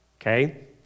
Okay